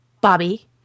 bobby